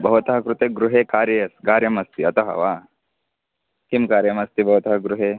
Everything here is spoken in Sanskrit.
भवतः कृते गृहे कार्ये कार्यं अस्ति अतः वा किं कार्यमस्ति भवतः गृहे